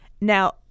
Now